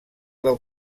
del